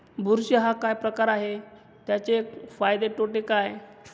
बुरशी हा काय प्रकार आहे, त्याचे फायदे तोटे काय?